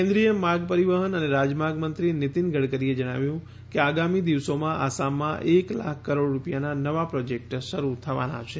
કેન્દ્રીય માર્ગ પરિવહન અને રાજમાર્ગ મંત્રી નીતિન ગડકરીએ જણાવ્યું કે આગામી દિવસોમાં આસામમાં એક લાખ કરોડ રૂપિયાના નવા પ્રોજેક્ટ શરૂ થવાના છે